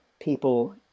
people